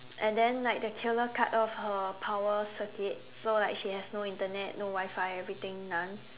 and then like the killer cut off her power circuit so like she has no internet no Wi-Fi everything none